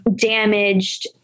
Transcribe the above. damaged